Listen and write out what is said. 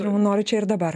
jau nori čia ir dabar